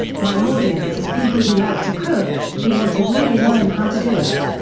my audience is people who like to cook, who want to really learn how to do it.